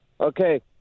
Okay